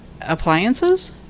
appliances